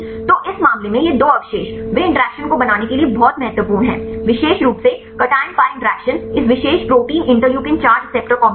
तो इस मामले में ये दो अवशेष वे इंटरैक्शन को बनाने के लिए बहुत महत्वपूर्ण हैं विशेष रूप से cation pi इंटरैक्शन इस विशेष प्रोटीन इंटरल्यूकिन 4 रिसेप्टर काम्प्लेक्स में